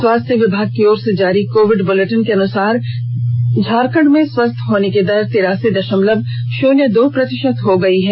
स्वास्थ्य विभाग ेकी ओर से जारी कोविड बुलेटिन के अनुसार झारखंड में स्वस्थ होने की दर ं तिरासी दशमलव शून्य दो प्रतिशत हो गई है